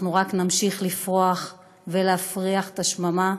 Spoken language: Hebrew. אנחנו רק נמשיך לפרוח ולהפריח את השממה,